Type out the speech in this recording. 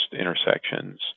intersections